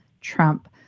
Trump